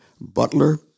Butler